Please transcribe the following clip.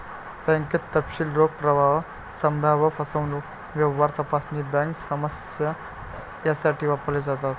बँकेचे तपशील रोख प्रवाह, संभाव्य फसवणूक, व्यवहार तपासणी, बँक सामंजस्य यासाठी वापरले जातात